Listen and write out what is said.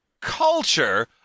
culture